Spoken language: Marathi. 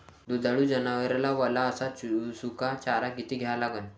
दुधाळू जनावराइले वला अस सुका चारा किती द्या लागन?